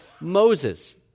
Moses